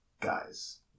guys